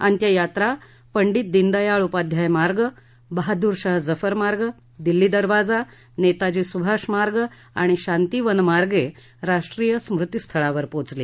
अंत्ययात्रा पंडित दिनदयाळ उपाध्याय मार्ग बहादुरशाह जफर मार्ग दिल्ली दरवाजा नेताजी सुभाष मार्ग आणि शांती वन मार्गे राष्ट्रीय स्मृती स्थळावर पोचली